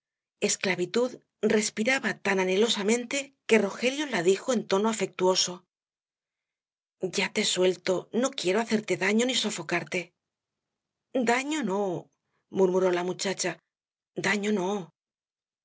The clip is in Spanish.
esclavitud respiraba tan anhelosamente que rogelio la dijo en tono afectuoso ya te suelto no quiero hacerte daño ni sofocarte daño no murmuró la muchacha daño no